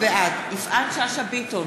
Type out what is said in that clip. בעד יפעת שאשא ביטון,